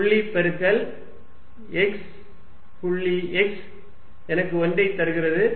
புள்ளி பெருக்கல் x புள்ளி x எனக்கு 1 ஐ தருகிறது